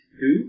two